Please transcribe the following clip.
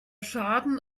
schaden